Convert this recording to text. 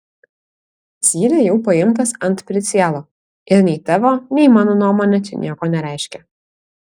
zylė jau paimtas ant pricielo ir nei tavo nei mano nuomonė čia nieko nereiškia